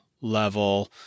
level